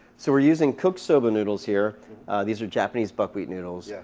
so we're using cooked soba noodles here these are japanese buckwheat noodles. yeah